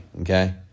okay